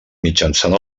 mitjançant